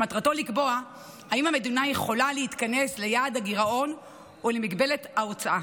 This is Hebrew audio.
שמטרתו לקבוע אם המדינה יכולה להתכנס ליעד הגירעון או למגבלת ההוצאה